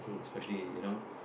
especially you know